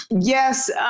Yes